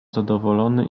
zadowolony